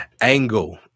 angle